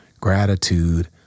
gratitude